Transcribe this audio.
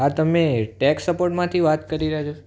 હા તમે ટેક્સ સપોર્ટમાંથી વાત કરી રહ્યા છો